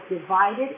divided